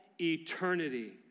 eternity